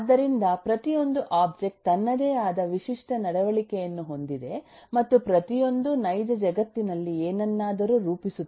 ಆದ್ದರಿಂದ ಪ್ರತಿಯೊಂದು ಒಬ್ಜೆಕ್ಟ್ ತನ್ನದೇ ಆದ ವಿಶಿಷ್ಟ ನಡವಳಿಕೆಯನ್ನು ಹೊಂದಿದೆ ಮತ್ತು ಪ್ರತಿಯೊಂದೂ ನೈಜ ಜಗತ್ತಿನಲ್ಲಿ ಏನನ್ನಾದರೂ ರೂಪಿಸುತ್ತದೆ